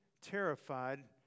terrified